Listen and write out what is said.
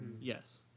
yes